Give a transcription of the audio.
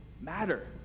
matter